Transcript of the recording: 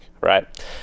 right